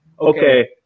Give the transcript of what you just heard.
okay